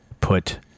put